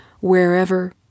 wherever